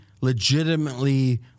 legitimately